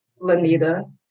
Lanita